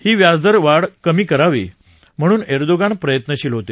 ही व्याजदर वाढ कमी करावी म्हणून एर्दोगान प्रयत्नशील होते